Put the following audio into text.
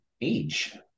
age